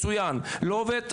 מצוין, לא עובד?